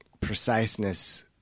preciseness